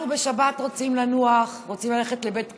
אנחנו בשבת רוצים לנוח, רוצים ללכת לבית קפה,